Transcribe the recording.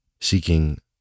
Seeking